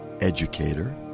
educator